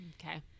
Okay